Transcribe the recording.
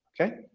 Okay